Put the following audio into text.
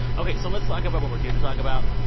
ok, so let's talk about what we're here to talk about.